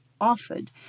offered